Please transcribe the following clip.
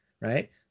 right